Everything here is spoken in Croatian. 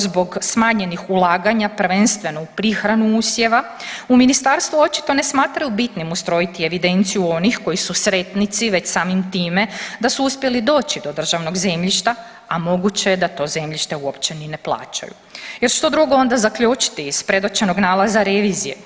zbog smanjenih ulaganja prvenstveno u prihranu usjeva u ministarstvu očito ne smatraju bitnim ustrojiti evidenciju onih koji su sretnici već samim time da su uspjeli doći do državnog zemljišta, a moguće je da to zemljište uopće ni ne plaćaju jer što drugo onda zaključiti iz predočenog nalaza revizije.